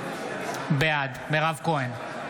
בעד מירב כהן,